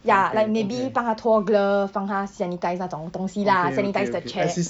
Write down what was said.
ya like maybe 帮他脱 glove 帮他 sanitised 那种东西啦 sanitise the chair